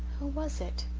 who was it?